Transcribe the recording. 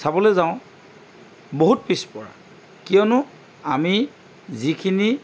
চাবলৈ যাওঁ বহুত পিছপৰা কিয়নো আমি যিখিনি